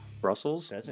brussels